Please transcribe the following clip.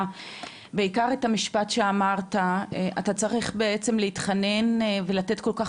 בעיקר את המשפט שאמרת שאתה צריך בעצם להתחנן ולתת כל כך